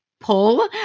pull